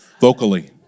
vocally